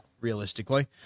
realistically